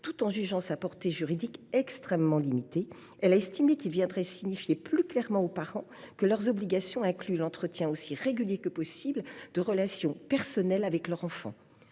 tout en estimant que sa portée juridique était extrêmement limitée. Elle a jugé qu’il viendrait signifier plus clairement aux parents que leurs obligations incluent l’entretien aussi régulier que possible de relations personnelles avec leur enfant.